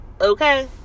okay